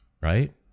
right